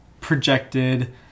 projected